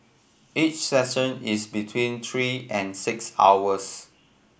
each session is between three and six hours